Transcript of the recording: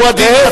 הוא הדין,